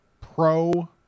pro